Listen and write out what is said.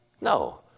No